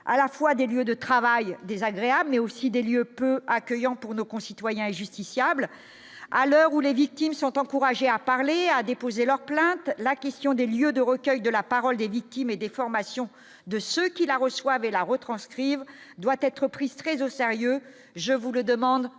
à la fois des lieux de travail désagréable mais aussi des lieux peu accueillant pour nos concitoyens et justiciable à l'heure où les victimes sont encouragés à parler à déposer leur plainte, la question des lieux de recueil de la parole des victimes et des formations de ceux qui la reçoivent la retranscrivent doit être prise très au sérieux, je vous le demande